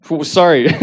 sorry